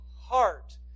heart